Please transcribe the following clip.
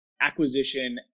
acquisition